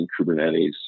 Kubernetes